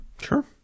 Sure